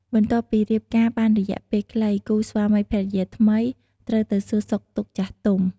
បន្ទាប់ពីរៀបការបានរយៈពេលខ្លី គូស្វាមីភរិយាថ្មីត្រូវទៅសួរសុខទុក្ខចាស់ទុំ។